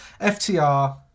FTR